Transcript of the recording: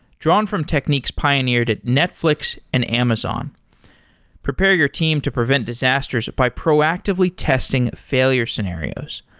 drawn from techniques pioneered at netflix and amazon prepare your team to prevent disasters by proactively testing failure scenarios.